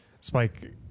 Spike